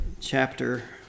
chapter